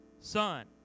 son